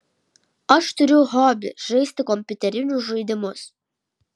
aš turiu hobį žaisti kompiuterinius žaidimus